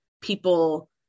people